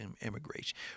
immigration